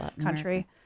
country